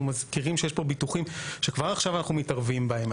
מזכירים שיש פה ביטוחים שכבר עכשיו אנחנו מתערבים בהם.